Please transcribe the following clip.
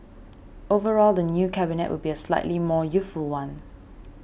overall the new Cabinet will be a slightly more youthful one